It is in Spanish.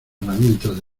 herramientas